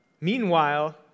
Meanwhile